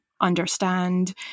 understand